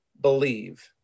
believe